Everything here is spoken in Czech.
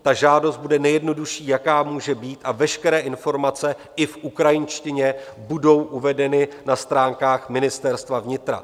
Ta žádost bude nejjednodušší, jaká může být, a veškeré informace i v ukrajinštině budou uvedeny na stránkách Ministerstva vnitra.